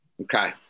Okay